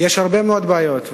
יש הרבה מאוד בעיות,